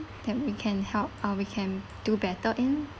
that we can help uh we can do better in